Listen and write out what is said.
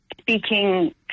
speaking